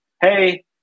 Hey